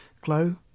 Glow